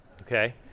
Okay